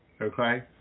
Okay